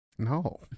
No